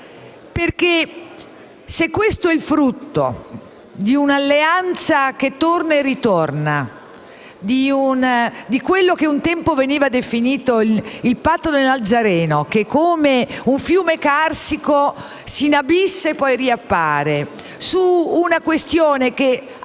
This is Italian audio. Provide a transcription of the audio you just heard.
se questo è il frutto di un'alleanza che torna e ritorna, cioè di quello che un tempo veniva definito il patto del Nazareno, che come un fiume carsico si inabissa e poi riappare su una questione che appare